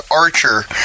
archer